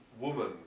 woman